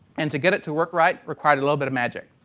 and to get it to work right required a little bit of magic.